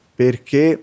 perché